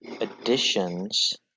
additions